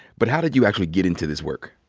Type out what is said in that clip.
but how did you actually get into this work?